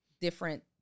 different